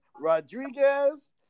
Rodriguez